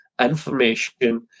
information